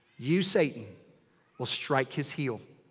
you, satan will strike his heal.